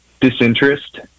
disinterest